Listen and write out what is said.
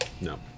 No